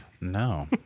No